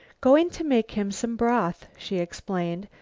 goin' to make him some broth, she explained,